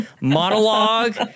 monologue